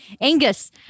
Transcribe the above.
angus